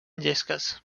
llesques